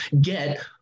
get